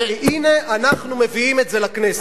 הנה אנחנו מביאים את זה לכנסת.